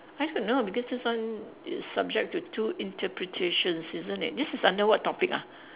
nice to know because this one is subject to two interpretations isn't it this is under what topic ah